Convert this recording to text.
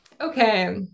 Okay